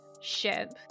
ship